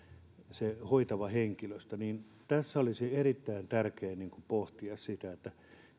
se hoitava henkilöstö kohtaa väkivaltaa tässä olisi erittäin tärkeää pohtia sitä että